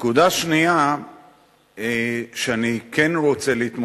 אבל סגן שר האוצר זה יותר חשוב משר אחר.